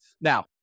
Now